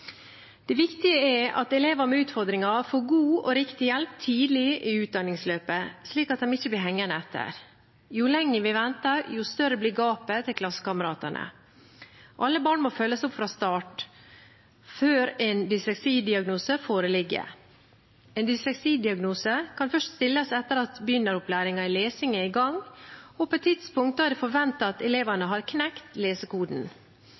Det viktige er at elever med utfordringer får god og riktig hjelp tidlig i utdanningsløpet, slik at de ikke blir hengende etter. Jo lenger vi venter, jo større blir gapet til klassekameratene. Alle barn må følges opp fra start, før en dysleksidiagnose foreligger. En dysleksidiagnose kan først stilles etter at begynneropplæringen i lesing er i gang og på et tidspunkt da det er forventet at elevene har knekt lesekoden.